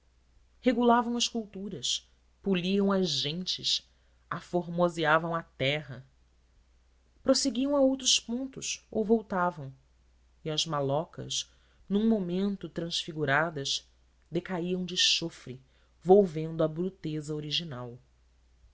regulavam as culturas poliam as gentes aformoseavam a terra prosseguiam a outros pontos ou voltavam e as malocas num momento transfiguradas decaíam de chofre volvendo à bruteza original